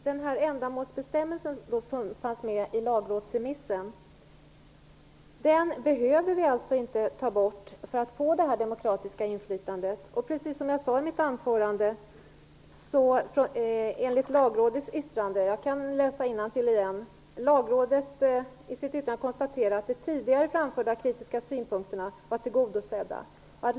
Herr talman! Ändamålsbestämmelsen som fanns med i lagrådsremissen behöver vi alltså inte ta bort för att få detta demokratiska inflytande. I sitt yttrande konstaterar Lagrådet att de tidigare framförda kritiska synpunkterna var tillgodosedda.